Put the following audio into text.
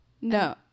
No